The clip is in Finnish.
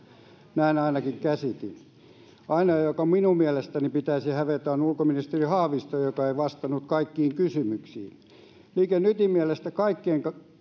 näin ainakin käsitin ainoa jonka minun mielestäni pitäisi hävetä on ulkoministeri haavisto joka ei vastannut kaikkiin kysymyksiin liike nytin mielestä kaikkien